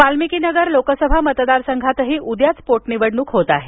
वाल्मिकीनगर लोकसभा मतदारसंघातही उद्याच पोटनिवडणूक होत आहे